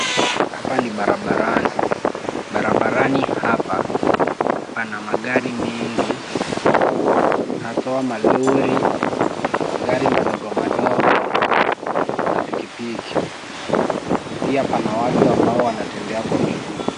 Hapa ni barabarani. Barabarani hapa pana magari mengi haswa malori, magari madogo madogo na pikipiki. Pia kuna watu ambao wanatembea Kwa miguu.